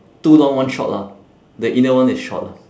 two long one short lah the inner one is short lah